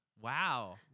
wow